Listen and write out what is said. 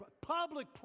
public